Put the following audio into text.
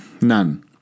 none